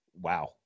wow